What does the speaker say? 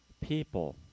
people